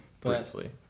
Briefly